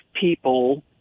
people